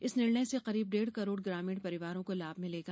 इस निर्णय से करीब डेढ़ करोड़ ग्रामीण परिवारों को लाभ मिलेगा